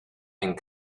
and